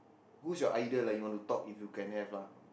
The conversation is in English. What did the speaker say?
who's your idol ah you want to talk if you can have lah